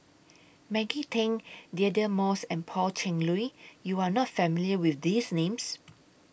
Maggie Teng Deirdre Moss and Pan Cheng Lui YOU Are not familiar with These Names